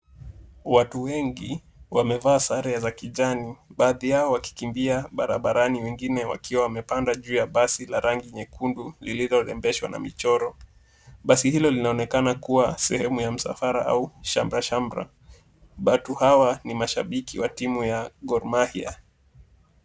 Watu wengi wamevaa sare za kijani. Baadhi yao wakikimbia barabarani wengine wakiwa wamepanda juu ya basi la rangi nyekundu lililorembeshwa na michoro. Basi hilo linaonekana kuwa sehemu ya msafara au shamrashamra. Watu hawa ni mashabiki wa timu ya Gor Mahia.